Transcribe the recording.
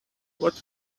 what